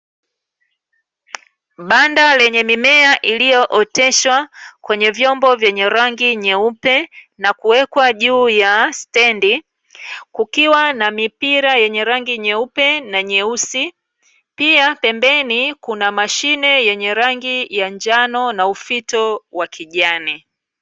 Banda lenye mimea iliyooteshwa kwenye vyombo vyenye rangi nyeupe na kuwekwa juu ya stendi, kukiwa na mipira yenye rangi nyeupe na nyeusi. Pia, pembeni kuna mashine yenye rangi ya njano na ufito wa kijani.